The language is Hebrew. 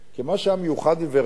כי מה שהיה מיוחד בבאר-שבע,